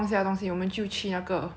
because it's really damn big and then like